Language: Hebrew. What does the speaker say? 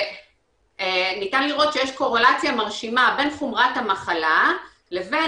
ניתן לראות שיש קורלציה מרשימה בין חומרת המחלה לבין